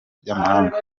by’amahanga